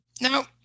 No